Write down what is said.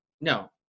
No